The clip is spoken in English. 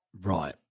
Right